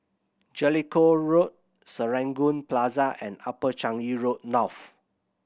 Jellicoe Road Serangoon Plaza and Upper Changi Road North